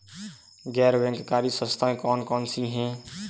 गैर बैंककारी संस्थाएँ कौन कौन सी हैं?